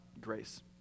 grace